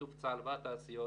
בשיתוף צה"ל והתעשיות,